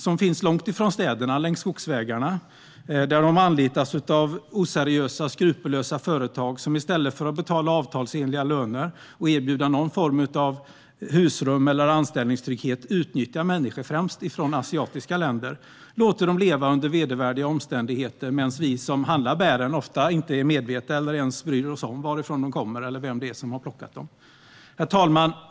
De finns långt från städerna, längs skogsvägarna, där de anlitas av oseriösa, skrupelfria företag som i stället för att betala avtalsenliga löner och erbjuda någon form av husrum och anställningstrygghet utnyttjar människor, främst från asiatiska länder, och låter dem leva under vedervärdiga omständigheter medan vi som handlar oftast inte är medvetna eller bryr oss om varifrån bären kommer eller vem som har plockat dem. Herr talman!